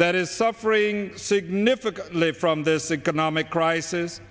that is suffering significantly from this a good nomic crisis